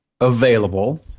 available